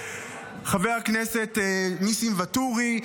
חבר הכנסת ניסים ואטורי,